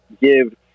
give